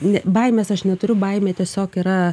ne baimės aš neturiu baimė tiesiog yra